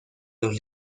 los